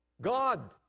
God